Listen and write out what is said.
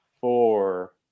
four